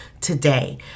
today